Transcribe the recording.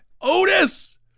Otis